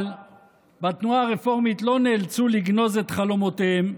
אבל בתנועה הרפורמית לא נאלצו לגנוז את חלומותיהם,